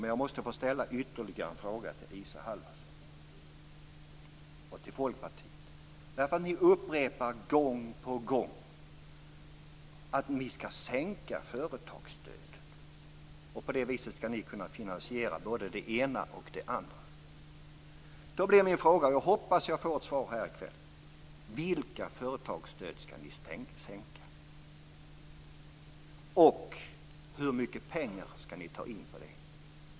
Men jag måste få ställa ytterligare en fråga till Isa Halvarsson och till Folkpartiet. Ni upprepar gång på gång att ni skall sänka företagsstödet och på det viset kunna finansiera både det ena och det andra. Jag hoppas att jag får ett svar på min fråga här i kväll. Den lyder: Vilka företagsstöd skall ni sänka, och hur mycket pengar skall ni ta in på det?